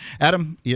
Adam